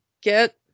get